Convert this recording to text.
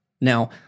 Now